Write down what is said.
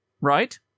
Right